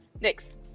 Next